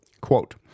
Quote